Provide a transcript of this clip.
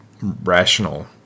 rational